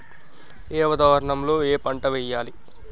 ఏ వాతావరణం లో ఏ పంట వెయ్యాలి?